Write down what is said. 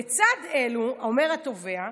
"לצד אלו", אומר התובע,